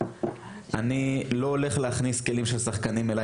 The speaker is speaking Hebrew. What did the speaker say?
אני לא הולך להכניס כלים של שחקנים אלי